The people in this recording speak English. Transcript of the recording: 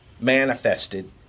manifested